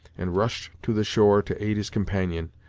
and rushed to the shore to aid his companion,